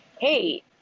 Hey